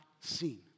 seen